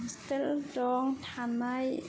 hostel दं थानाय